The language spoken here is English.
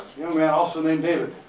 young man also named david.